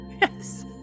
Yes